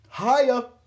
hiya